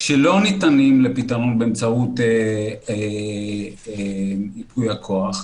שלא ניתנים לפתרון באמצעות ייפוי הכוח,